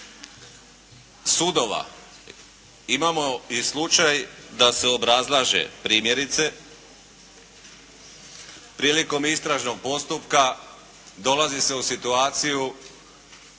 sudova imamo i slučaj da se obrazlaže primjerice, prilikom istražnog postupka dolazi se u situaciju